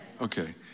Okay